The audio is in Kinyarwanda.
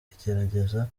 igerageza